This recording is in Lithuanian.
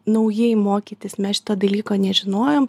naujai mokytis mes šito dalyko nežinojom